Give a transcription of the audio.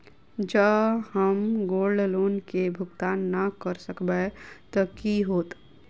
जँ हम gold loan केँ भुगतान न करऽ सकबै तऽ की होत?